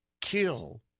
kill